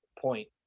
point